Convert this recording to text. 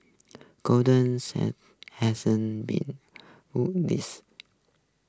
golden Sachs hasn't been to this